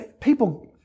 people